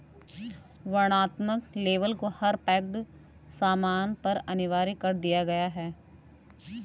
वर्णनात्मक लेबल को हर पैक्ड सामान पर अनिवार्य कर दिया गया है